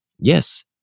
Yes